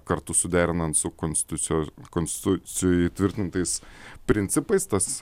kartu suderinant su konstitucijos konstitucijoj įtvirtintais principais tas